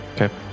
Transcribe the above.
Okay